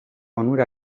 onura